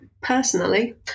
personally